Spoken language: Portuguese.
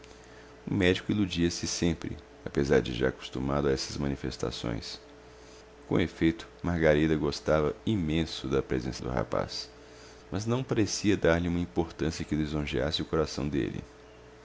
o médico iludia se sempre apesar de já acostumado a essas manifestações com efeito margarida gostava imenso da presença do rapaz mas não parecia dar-lhe uma importância que lisonjeasse o coração dele